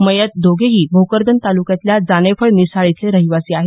मयत दोघेही भोकरदन तालुक्यातल्या जानेफळ मिसाळ इथले रहिवासी आहेत